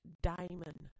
diamond